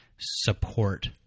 support